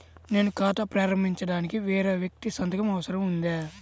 నేను ఖాతా ప్రారంభించటానికి వేరే వ్యక్తి సంతకం అవసరం ఉందా?